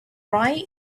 right